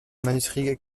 manuscrit